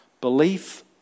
Belief